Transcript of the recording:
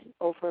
over